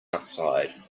outside